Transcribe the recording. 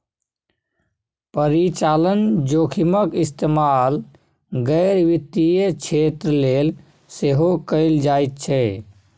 परिचालन जोखिमक इस्तेमाल गैर वित्तीय क्षेत्र लेल सेहो कैल जाइत छै